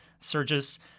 surges